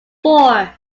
four